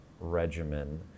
regimen